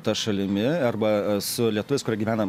ta šalimi arba a su lietuviais kurie gyvena